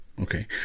Okay